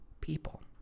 people